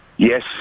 Yes